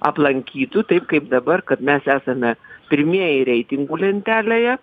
aplankytų taip kaip dabar kad mes esame pirmieji reitingų lentelėje